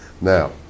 Now